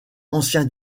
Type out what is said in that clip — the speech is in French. ancien